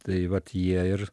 tai vat jie ir